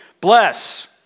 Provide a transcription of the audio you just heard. Bless